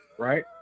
Right